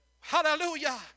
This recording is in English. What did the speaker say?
Hallelujah